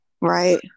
Right